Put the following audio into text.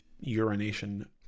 urination